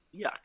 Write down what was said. yuck